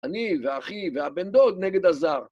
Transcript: שלום מה נשמע איך אתה מרגיש זה בדיקה של תמלול בעברית